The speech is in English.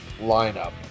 lineup